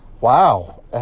wow